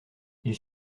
ils